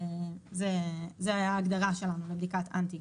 זו ההגדרה שלנו לבדיקת אנטיגן.